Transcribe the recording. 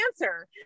answer